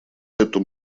эту